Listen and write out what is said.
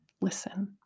listen